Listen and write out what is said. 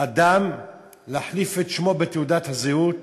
אדם להחליף את שמו בתעודת הזהות,